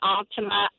Altima